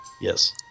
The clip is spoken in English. Yes